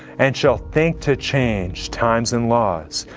and shall think to change times and laws.